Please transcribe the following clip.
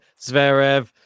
Zverev